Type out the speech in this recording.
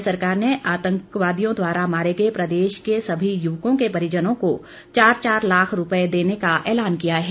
राज्य सरकार ने आतंकियों द्वारा मारे गए प्रदेश के सभी युवकों के परिजनों को चार चार लाख रूपए देने का ऐलान किया है